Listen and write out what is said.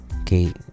Okay